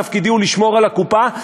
תפקידי הוא לשמור על הקופה,